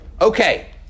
Okay